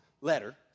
letter